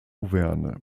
auvergne